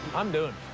i'm doing